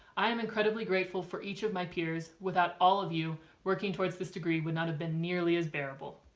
i am incredibly grateful for each of my peers without all of you working towards this degree would not have been nearly as bearable.